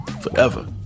forever